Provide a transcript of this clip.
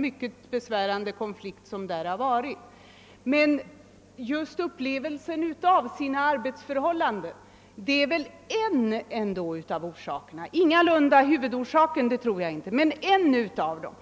mycket besvärande konflikten där, men just upplevelsen av arbetsförhållandena är väl ändå en av orsakerna, även om jag inte tror att det är huvudorsaken.